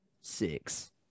six